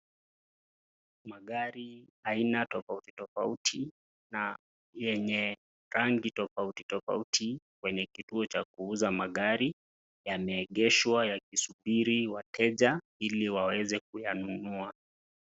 Magari aina tofauti tofauti na yenye rangi tofauti tofauti kwenye kituo cha kuuza magari yameegeshwa yakisubiri wateja ili waweze kuyanunua.